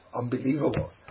unbelievable